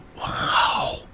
Wow